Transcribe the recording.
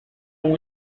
uma